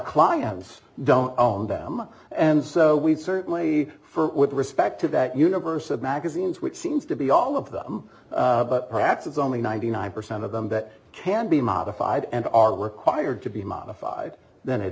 clients don't own them and so we certainly for with respect to that universe of magazines which seems to be all of them but perhaps it's only ninety nine percent of them that can be modified and are required to be modified then it